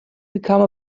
become